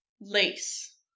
Lace